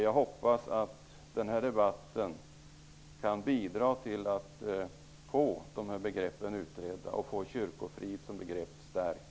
Jag hoppas att den här debatten kan bidra till att de här begreppen utreds och att begreppet kyrkofrid stärks.